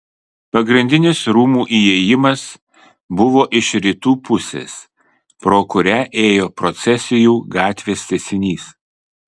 pagrindinis rūmų įėjimas buvo iš rytų pusės pro kurią ėjo procesijų gatvės tęsinys